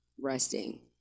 resting